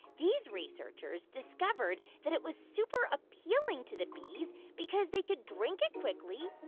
these researchers discovered that it was super appealing to the bees because they could drink it quickly,